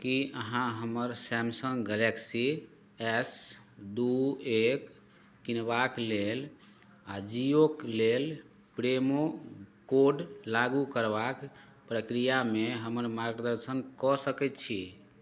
की अहाँ हमर Samsung Galaxy S दू एक किनबाक लेल अजियोके लेल प्रोमो कोड लागू करबाक प्रक्रियामे हमर मार्गदर्शन कऽ सकैत छी